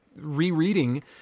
rereading